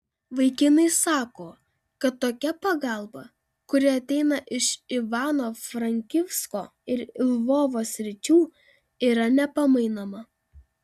vaikinai sako kad tokia pagalba kuri ateina iš ivano frankivsko ir lvovo sričių yra nepamainoma